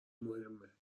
مهمه